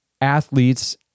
athletes